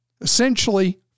essentially